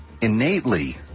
Innately